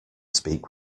speak